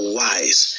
wise